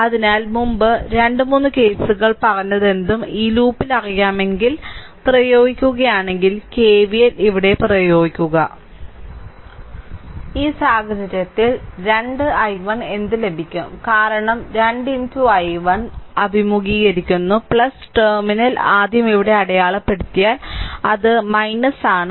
അതിനാൽ മുമ്പ് 2 3 കേസുകൾ പറഞ്ഞതെന്തും ഈ ലൂപ്പിൽ അറിയാമെങ്കിൽ പ്രയോഗിക്കുകയാണെങ്കിൽ KVL ഇവിടെ പ്രയോഗിക്കുക ഈ സാഹചര്യത്തിൽ 2 i1 എന്ത് ലഭിക്കും കാരണം 2 i1 ഇത് ഇത് അഭിമുഖീകരിക്കുന്നു ടെർമിനൽ ആദ്യം ഇവിടെ അടയാളപ്പെടുത്തിയാൽ അത് ആണ്